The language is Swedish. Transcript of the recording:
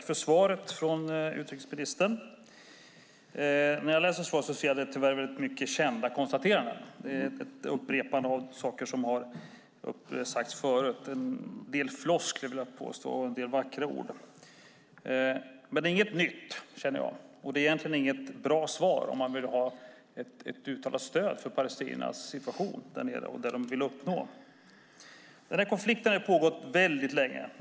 Fru talman! Tack, utrikesministern, för svaret! Tyvärr ser jag att svaret innehåller rätt mycket av kända konstateranden. Det är ett upprepande av sådant som har sagts förut. En del är floskler, vill jag påstå, och en del vackra ord, men svaret är inget nytt. Det är inget bra svar om man vill ha ett uttalat stöd för palestiniernas situation och det de vill uppnå. Den här konflikten har pågått väldigt länge.